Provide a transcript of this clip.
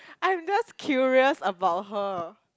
I'm just curious about her